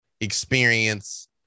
experience